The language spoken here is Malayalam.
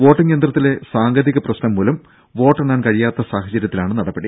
വോട്ടിംഗ് യന്ത്രത്തിലെ സാങ്കേതിക പ്രശ്നം മൂലം വോട്ടെണ്ണാൻ കഴിയാത്ത സാഹചര്യത്തിലാണ് നടപടി